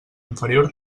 inferior